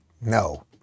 no